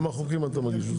כמה חוקים אתה מגיש?